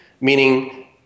meaning